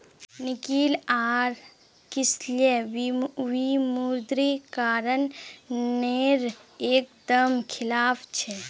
निकिल आर किसलय विमुद्रीकरण नेर एक दम खिलाफ छे